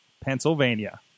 Pennsylvania